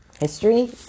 history